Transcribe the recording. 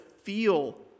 feel